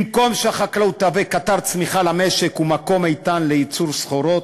במקום שהחקלאות תשמש קטר צמיחה למשק ומקום איתן לייצור סחורות,